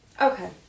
Okay